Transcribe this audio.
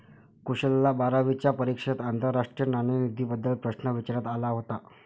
कुशलला बारावीच्या परीक्षेत आंतरराष्ट्रीय नाणेनिधीबद्दल प्रश्न विचारण्यात आला होता